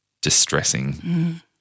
distressing